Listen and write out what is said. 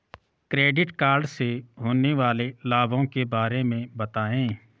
Credit card से होने वाले लाभों के बारे में बताएं?